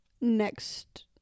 next